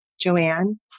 Joanne